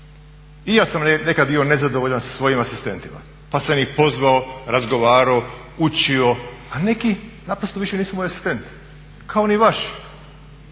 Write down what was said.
i ja sam nekad bio nezadovoljan sa svojim asistentima pa sam ih pozvao, razgovarao, učio, a neki naprosto više nisu moji asistenti kao ni vaši.